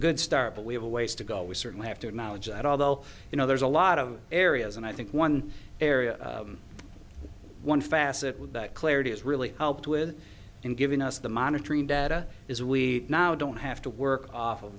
good start but we have a ways to go we certainly have to acknowledge that although you know there's a lot of areas and i think one area one facet with that clarity has really helped with in giving us the monitoring data is we now don't have to work